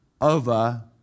over